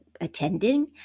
attending